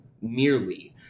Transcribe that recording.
merely